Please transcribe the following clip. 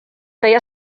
feia